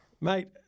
mate